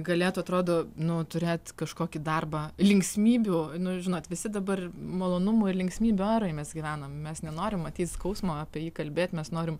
galėtų atrodo nu turėt kažkokį darbą linksmybių nu žinot visi dabar malonumų ir linksmybių eroj mes gyvenam mes nenorim matyt skausmo apie jį kalbėt mes norim